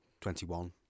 Twenty-one